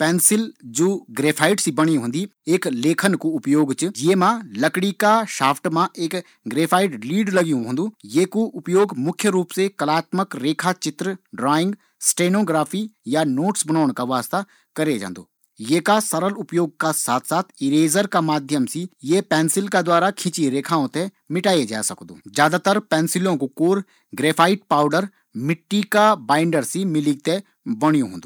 पेन्सिल ज्वा ग्रेफ़ाइट सी बणी होंदी लिखन या चित्रकारी का वास्ता काम औन्दी, ये मा लेखन का वास्ता लकड़ी का साफ्ट मा ग्रेफ़ाइट की लीड लगी होंदी ये कु मुख्य उपयोग कलात्मक रेखाचित्रो ते बणोंण का वास्ता होन्दु